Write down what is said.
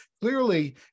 Clearly